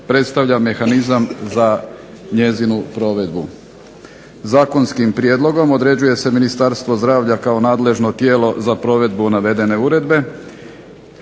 predstavlja mehanizam za njezinu provedbu. Zakonskim prijedlogom određuje se Ministarstvo zdravlja kao nadležno tijelo za provedbu navedene uredbe.